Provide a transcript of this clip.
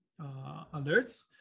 alerts